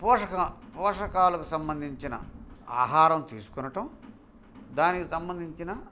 పోషక పోషకాలకు సంబంధించిన ఆహారం తీసుకొనటం దానికి సంబంధించిన